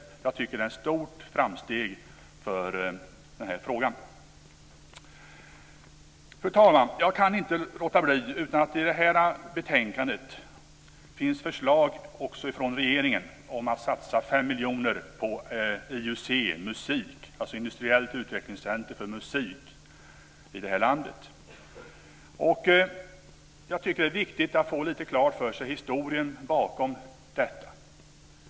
Jag tycker att det är ett stort framsteg för denna fråga. Fru talman! I detta betänkande framgår det att det finns ett förslag från regeringen om att satsa 5 miljoner kronor på IUC, Industriellt utvecklingscentrum inom musikområdet, i det här landet. Jag tycker att det är viktigt att man får historien bakom detta klar för sig.